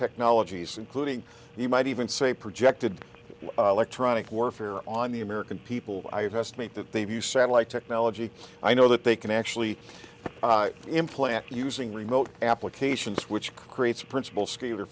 technologies including you might even say projected electronic warfare on the american people i meet that they view satellite technology i know that they can actually implant using remote applications which creates a principal s